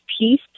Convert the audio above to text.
peace